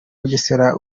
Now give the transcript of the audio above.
bugesera